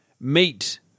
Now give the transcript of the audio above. meet